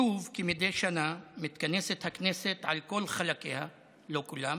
שוב כמדי שנה מתכנסת הכנסת על כל חלקיה, לא כולם